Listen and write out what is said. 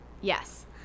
Yes